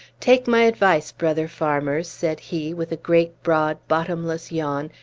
take my advice, brother farmers, said he, with a great, broad, bottomless yawn,